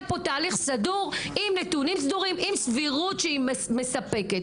תהליך סדור עם נתונים סדורים וסבירות מספקת.